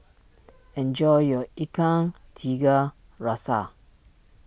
enjoy your Ikan Tiga Rasa